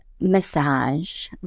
massage